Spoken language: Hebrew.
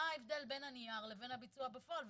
מה ההבדל בין הנייר לבין הביצוע בפועל,